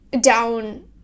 down